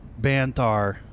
Banthar